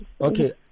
okay